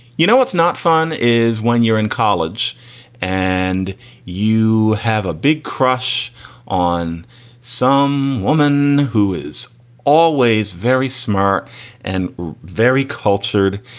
you know, it's not fun is when you're in college and you have a big crush on some woman who is always very smart and very cool.